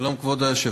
שלום, כבוד היושב-ראש,